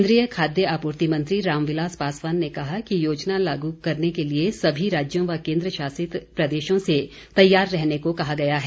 केन्द्रीय खाद्य आपूर्ति मंत्री रामविलास पासवान ने कहा कि योजना लागू करने के लिए सभी राज्यों व केन्द्र शासित प्रदेशों से तैयार रहने को कहा गया है